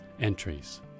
entries